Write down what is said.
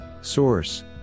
Source